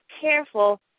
careful